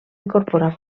incorporar